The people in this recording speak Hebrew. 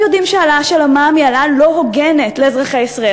פקיד אוצר התקשר אלי ושאל כמה דירות מוחלפות יש.